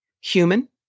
human